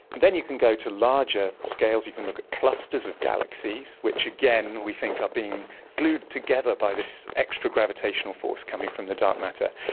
and then you can go to larger scales, you can look at clusters of galaxies which, again, we think are being glued together by this extra gravitational force coming from the dark matter.